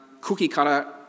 cookie-cutter